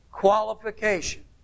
qualification